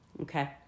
Okay